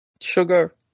Sugar